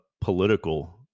political